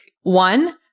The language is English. one